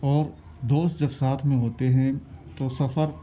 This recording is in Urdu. اور دوست جب ساتھ میں ہوتے ہیں تو سفر